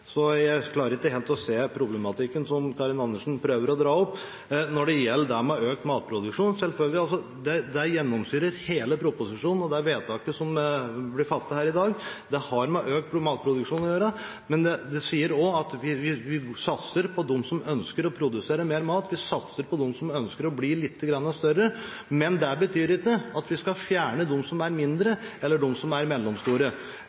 så jeg klarer ikke helt å se problematikken som Karin Andersen prøver å dra opp. Når det gjelder økt matproduksjon – selvfølgelig gjennomsyrer det hele proposisjonen, og det vedtaket som blir fattet her i dag, har med økt matproduksjon å gjøre. Men det sier også at vi satser på dem som ønsker å produsere mer mat. Vi satser på dem som ønsker å bli lite grann større. Men det betyr ikke at vi skal fjerne de som er mindre, eller de som er mellomstore.